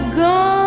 gone